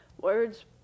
words